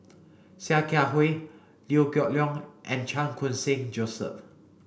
Sia Kah Hui Liew Geok Leong and Chan Khun Sing Joseph